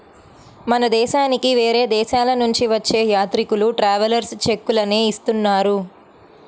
మన దేశానికి వేరే దేశాలనుంచి వచ్చే యాత్రికులు ట్రావెలర్స్ చెక్కులనే ఇస్తున్నారు